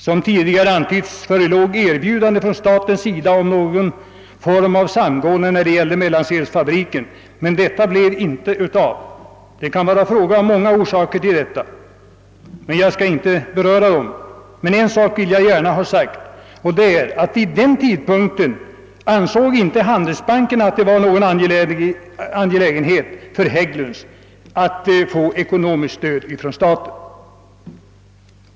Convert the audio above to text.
Som tidigare antytts förelåg erbjudande från statens sida om någon form av samgående när det gällde fabriken i Mellansel, men detta blev inte av. Orsakerna kan vara många och jag skall inte beröra dem, men en sak vill jag gärna ha sagt, och det är att vid den tidpunkten ansåg inte Svenska handelsbanken att det var angeläget för Hägglunds att få ekonomiskt stöd från staten.